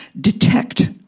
detect